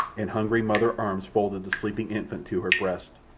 and hungry mother arms folded the sleeping infant to her breast,